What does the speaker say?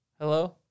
Hello